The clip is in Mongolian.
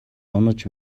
унаж